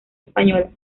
española